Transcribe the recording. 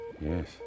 Yes